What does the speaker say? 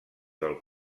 del